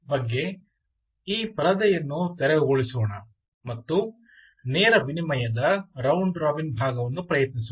py ಬಗ್ಗೆ ಈ ಪರದೆಯನ್ನು ತೆರವುಗೊಳಿಸೋಣ ಮತ್ತು ನೇರ ವಿನಿಮಯದ ರೌಂಡ್ ರಾಬಿನ್ ಭಾಗವನ್ನು ಪ್ರಯತ್ನಿಸೋಣ